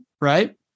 right